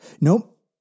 Nope